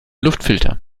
luftfilter